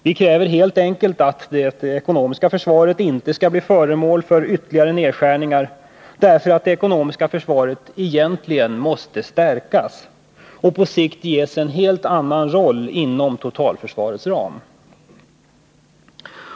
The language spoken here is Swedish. Vi kräver helt enkelt att det ekonomiska försvaret inte skall bli föremål för ytterligare nedskärningar därför att det ekonomiska försvaret egentligen måste stärkas och på sikt ges en helt annan roll inom totalförsvarets ram.